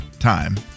time